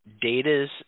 Data's